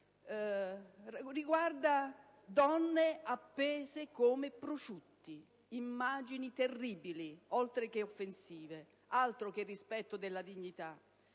vedevano donne appese come prosciutti, immagini terribili oltre che offensive. Altro che rispetto della dignità!